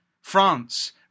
France